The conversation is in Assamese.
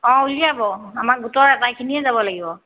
অঁ উলিয়াব আমাৰ গোটৰ আটাইখিনিয়ে যাব লাগিব